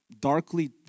darkly